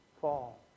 fall